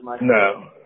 No